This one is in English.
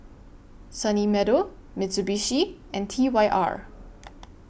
Sunny Meadow Mitsubishi and T Y R